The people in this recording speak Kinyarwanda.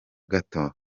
gato